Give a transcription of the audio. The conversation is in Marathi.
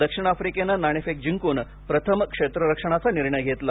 दक्षिण आफ्रिकेनं नाणेफेक जिंकून प्रथम क्षेत्ररक्षणाचा निर्णय घेतला